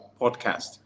podcast